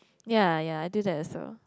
ya ya I do that also